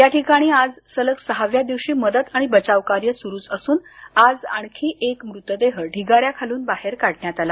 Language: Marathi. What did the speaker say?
या ठिकाणी आज सलग सहाव्या दिवशी मदत आणि बचाव कार्य सुरूच असून आज आणखी एक मृतदेह ढिगाऱ्याखालून बाहेर काढण्यात आला